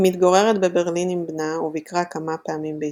היא מתגוררת בברלין עם בנה וביקרה כמה פעמים בישראל.